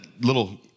little